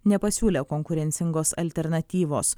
nepasiūlė konkurencingos alternatyvos